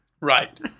Right